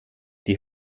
die